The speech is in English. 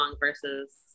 versus